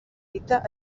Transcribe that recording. dita